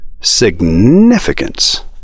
Significance